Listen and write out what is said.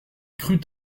crut